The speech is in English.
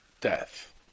Death